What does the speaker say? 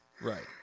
Right